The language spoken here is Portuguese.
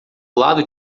lado